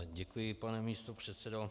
Děkuji, pane místopředsedo.